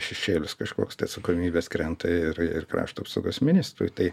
šešėlis kažkoks tai atsakomybės krenta ir ir krašto apsaugos ministrui tai